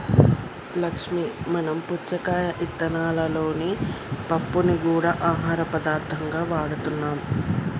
లక్ష్మీ మనం పుచ్చకాయ ఇత్తనాలలోని పప్పుని గూడా ఆహార పదార్థంగా వాడుతున్నాం